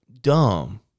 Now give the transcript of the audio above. dumb